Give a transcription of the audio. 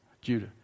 judah